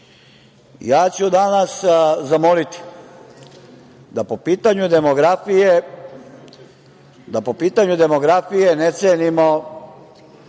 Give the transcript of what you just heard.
ću danas zamoliti da po pitanju demografije ne cenimo